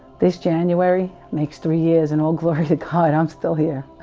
this, january, makes three years and all glory to god i'm still here